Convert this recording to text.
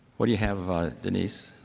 what do you have, ah denise?